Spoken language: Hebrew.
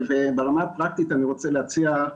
ברמה הפרקטית אני רוצה להציע,